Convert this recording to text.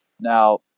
Now